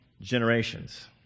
generations